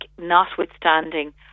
notwithstanding